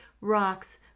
rocks